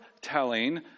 telling